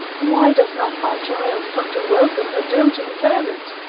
why does not my child come to welcome her doating parent?